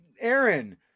Aaron